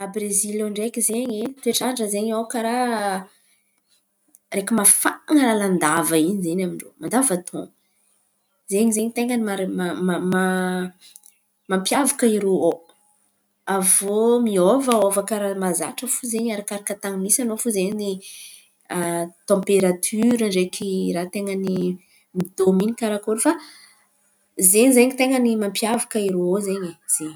A Brezily ao ndreky zen̈y, toetrandra zen̈y ao karà araiky mafana lalandava in̈y zen̈y amindrô mandava-taon̈o zen̈y zen̈y ten̈a ny mar- ma- ma- mampiavaka irô ao. Aviô miôvaôva karà ny mahazatra fo zen̈y. Arakaraka tan̈y misy an̈ao fo zen̈y tamperatira ndreky. Raha ten̈a ny midôminy karakôry fa zen̈y zen̈y ten̈a ny mampiavaka irô ao zen̈y e zen̈y.